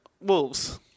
wolves